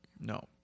No